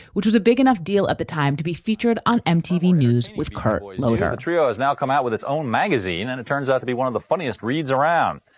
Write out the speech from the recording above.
which was a big enough deal at the time to be featured on mtv news with kurt loder the trio has now come out with its own magazine, and it turns out to be one of the funniest reads around.